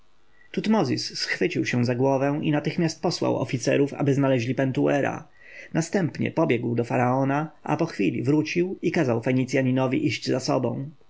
tutmozis schwycił się za głowę i natychmiast posłał oficerów aby znaleźli pentuera następnie pobiegł do faraona a po chwili wrócił i kazał fenicjaninowi iść za sobą